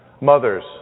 Mothers